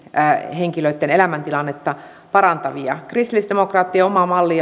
henkilöitten elämäntilannetta parantavia kristillisdemokraattien oma malli